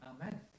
Amen